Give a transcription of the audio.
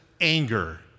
anger